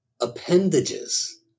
appendages